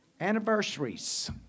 Anniversaries